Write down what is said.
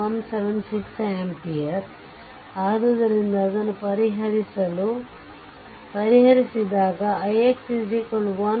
176 amps ಆದ್ದರಿಂದ ಇದನ್ನು ಪರಿಹರಿಸಿದಾಗ ix 1